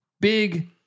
Big